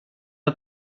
att